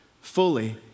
fully